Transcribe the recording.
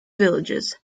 villages